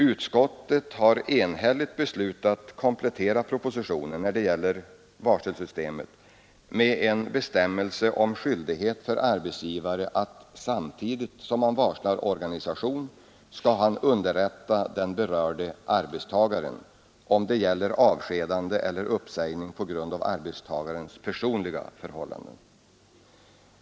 Utskottet har enhälligt beslutat komplettera propositionen när det gäller varselsystemet med en bestämmelse om skyldighet för arbetsgivare att samtidigt som han varslar organisation underrätta även den berörde arbetstagaren, om det gäller avskedande eller uppsägning på grund av arbetstagarens personliga förhållanden.